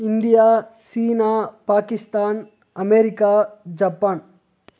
India China Pakistan America Japan